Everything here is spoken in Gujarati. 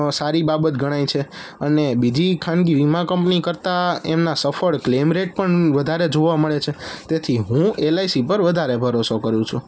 સારી બાબત ગણાય છે અને બીજી ખાનગી વીમા કંપની કરતાં એમના સફળ ક્લેમ રેટ પણ વધારે જોવા મળે છે તેથી હું એલઆઇસી પર વધારે ભરોસો કરું છું